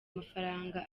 amafaranga